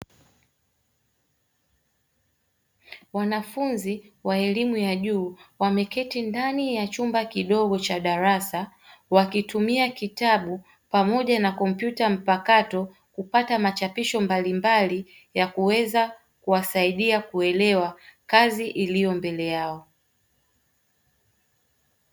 Wanafunzi wa elimu ya juu wameketi ndani ya chumba kidogo cha darasa, wakitumia kitabu pamoja na kompyuta mpakato kupata machapisho mbalimbali yakuweza kuwasaidia kuelewa kazi iliyo mbele yao.